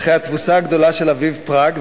אחרי התבוסה הגדולה של אביב פראג,